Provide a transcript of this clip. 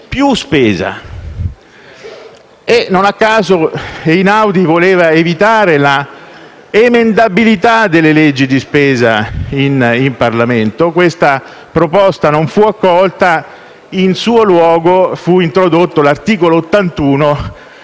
più spesa. Non a caso, Einaudi voleva evitare l'emendabilità delle leggi di spesa in Parlamento. Questa proposta non fu accolta e, in suo luogo, fu introdotto l'articolo 81,